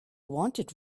wanted